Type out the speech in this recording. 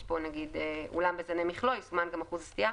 יש פה נגיד "אולם בזני מכלוא יסומן גם אחוז סטייה".